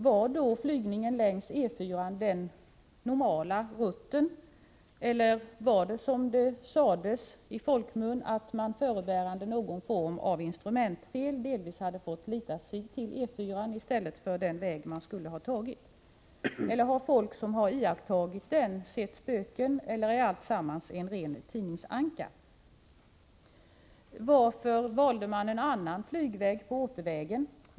Var då flygningen längs E 4-an den normala rutten, eller var det, som det sades i folkmun, så att man förebärande någon form av instrumentfel delvis hade fått lita sig till E 4-an i stället för den väg man skulle ha tagit? Har folk som iakttagit helikoptern sett spöken, eller är alltsammans en ren tidningsanka? Varför valdes en annan flygväg på återvägen.